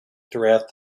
throughout